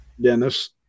Dennis